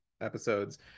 episodes